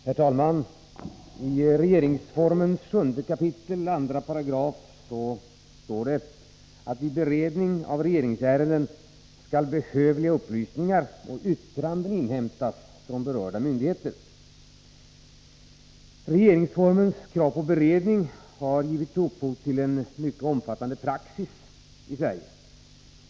Herr talman! I regeringsformens 7 kap. 2 § står det: ”Vid beredningen av Måndagen den regeringsärenden skall behövliga upplysningar och yttranden inhämtas från 12 december 1983 berörda myndigheter.” Regeringsformens krav på beredning har givit upphov till en mycket omfattande praxis i Sverige.